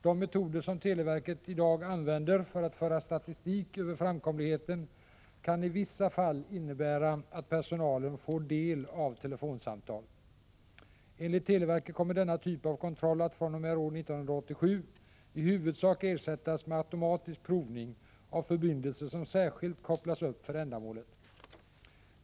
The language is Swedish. De metoder som televerket i dag använder för att föra statistik över framkomligheten kan i vissa fall innebära att personalen får del av telefonsamtal. Enligt televerket kommer denna typ av kontroll att fr.o.m. år 1987 i huvudsak ersättas med automatisk provning av förbindelser som särskilt kopplas upp för ändamålet.